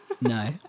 No